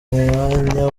umwanya